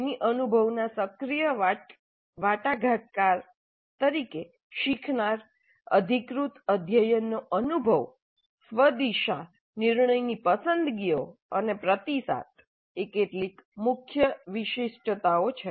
તેની અનુભવના સક્રિય વાટાઘાટકાર તરીકે શીખનાર અધિકૃત અધ્યયનનો અનુભવ સ્વ દિશા નિર્ણયની પસંદગીઓ અને પ્રતિસાદ એ કેટલીક મુખ્ય વિશિષ્ટતાઓ છે